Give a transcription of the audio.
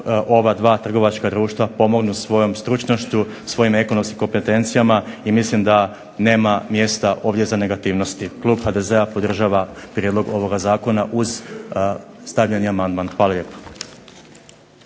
ova dva trgovačka društva pomognu svojom stručnošću, svojim ekonomskim kompetencijama i mislim da ovdje nama mjesta za negativnosti. Klub HDZ-a podržava prijedlog ovog zakona uz stavljeni amandman. Hvala lijepo.